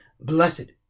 blessed